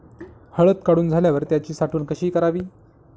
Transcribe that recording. हळद काढून झाल्यावर त्याची साठवण कशी करावी?